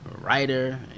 writer